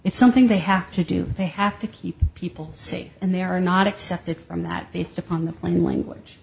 it's something they have to do they have to keep people safe and they are not accepted from that based upon the plain language